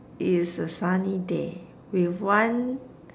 it is a sunny day with one